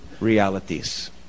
realities